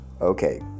Okay